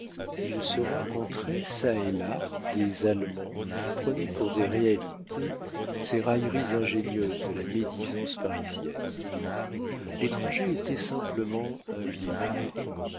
il se rencontrait çà et là des allemands qui prenaient pour des réalités ces railleries ingénieuses de la médisance parisienne l'étranger était simplement un vieillard